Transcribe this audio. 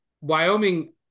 Wyoming